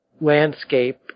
landscape